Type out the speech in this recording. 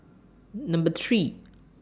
Number three